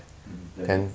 mm then